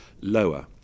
lower